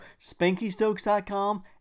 SpankyStokes.com